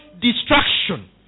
destruction